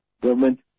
government